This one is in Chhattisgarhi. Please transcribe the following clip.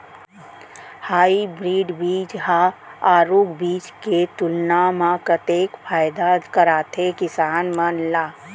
हाइब्रिड बीज हा आरूग बीज के तुलना मा कतेक फायदा कराथे किसान मन ला?